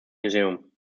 museum